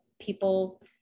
people